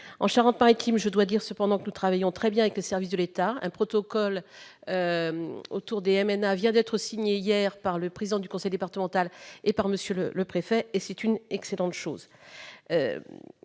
En Charente-Maritime, je dois dire que nous travaillons très bien avec les services de l'État : un protocole sur les MNA a été signé hier entre le président du conseil départemental et le préfet. C'est une excellente chose.